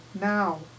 Now